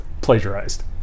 plagiarized